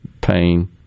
pain